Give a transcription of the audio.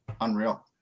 Unreal